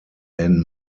anne